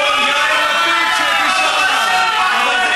אבל זה